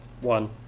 One